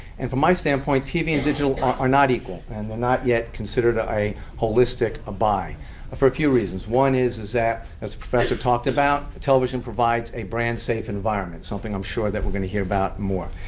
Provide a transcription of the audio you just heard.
and from my standpoint, tv and digital are not equal and they're not yet considered ah a holistic ah buy for a few reasons. one is, is that, as the professor talked about, television provides a brand-safe environment, something i'm sure that we're going to hear about more.